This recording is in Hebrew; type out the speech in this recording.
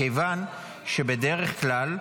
מכיוון שבדרך כלל,